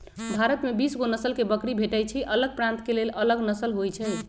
भारत में बीसगो नसल के बकरी भेटइ छइ अलग प्रान्त के लेल अलग नसल होइ छइ